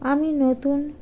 আমি নতুন